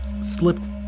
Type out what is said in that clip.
slipped